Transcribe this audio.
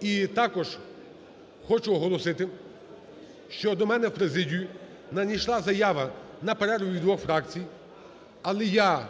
І також хочу оголосити, що до мене в президію надійшла заява на перерву від двох фракцій, але я